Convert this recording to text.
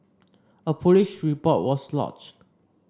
a police report was lodged